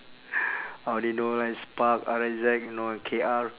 I only know like spark R X Z you know K R